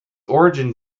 origin